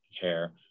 care